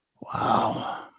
Wow